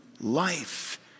life